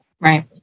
Right